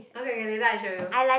okay K K later I show you